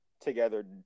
together